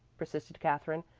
persisted katherine.